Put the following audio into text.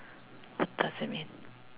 what does it mean